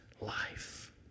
life